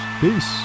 Peace